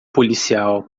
policial